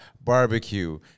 barbecue